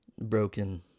broken